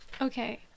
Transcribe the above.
okay